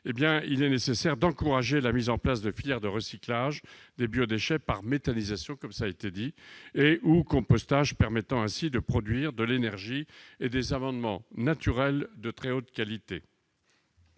il est nécessaire d'encourager la mise en place de filières de recyclage des biodéchets par méthanisation ou par compostage, procédés permettant de produire de l'énergie et des amendements naturels de très haute qualité.